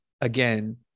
again